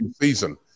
season